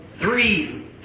three